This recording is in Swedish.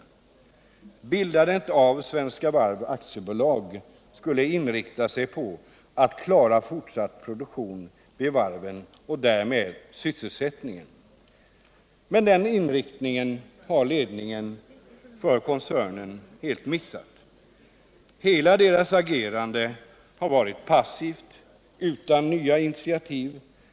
Vid bildandet av Svenska Varv AB borde man ha inriktat sig på att klara fortsatt produktion vid varven och därmed syssel sättningen. Men den inriktningen har ledningen för koncernen helt missat. Hela agerandet har varit passivt och utan nya initiativ.